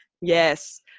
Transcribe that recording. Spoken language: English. Yes